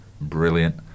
brilliant